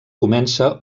comença